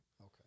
Okay